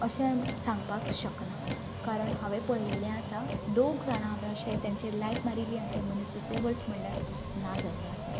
अशें सांगपाक शकना कारण हांवें पळयल्लें आसा दोग जाणां अशें तांचेर लायट मारिल्ले आहा ते मनीस दुसरे वर्स म्हणल्यार ना जाल्ले आसात